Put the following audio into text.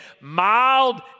mild